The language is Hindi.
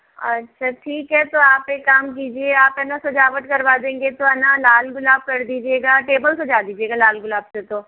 अच्छा ठीक है तो आप एक काम कीजिए आप है ना सजावत करवा देंगे तो है ना लाल गुलाब कर दीजिए गया टेबल सजा दीजिएगा लाल गुलाब से तो